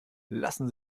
lassen